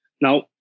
Now